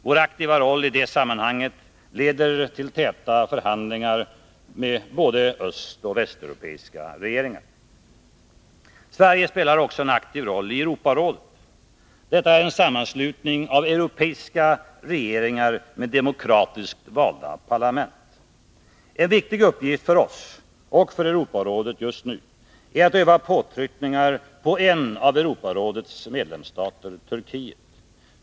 Vår aktiva roll i det sammanhanget leder till täta förhandlingar med både östoch västeuropeiska regeringar. Sverige spelar också en aktiv roll i Europarådet. Detta är en sammanslutning av europeiska regeringar med demokratiskt valda parlament. En viktig uppgift för oss och för Europarådet just nu är att öva påtryckningar på en av Europarådets medlemsstater — Turkiet.